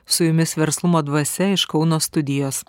su jumis verslumo dvasia iš kauno studijos